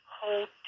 hold